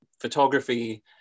photography